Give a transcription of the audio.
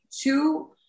two